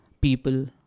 people